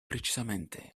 precisamente